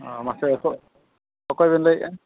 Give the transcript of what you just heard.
ᱚᱻ ᱢᱟᱥᱮ ᱚᱠᱚᱭ ᱚᱠᱚᱭᱵᱮᱱ ᱞᱟᱹᱭᱮᱫᱼᱟ